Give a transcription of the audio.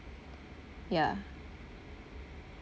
ya